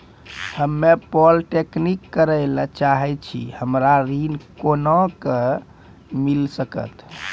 हम्मे पॉलीटेक्निक करे ला चाहे छी हमरा ऋण कोना के मिल सकत?